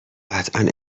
قطعا